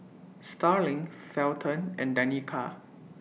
Starling Felton and Danica